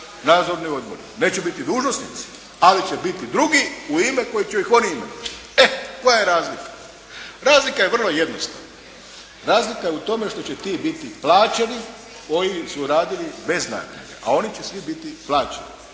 nadzorni odbori. Neće biti dužnosnici ali će biti drugi u ime u koje će ih oni imenovati. E koja ja razlika? Razlika je vrlo jednostavna. Razlika je u tome što će biti plaćeni, ovi su radili bez naknade, a oni će svi biti plaćeni.